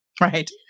Right